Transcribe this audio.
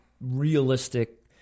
realistic